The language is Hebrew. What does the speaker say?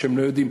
הם לא יודעים.